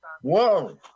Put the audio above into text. Whoa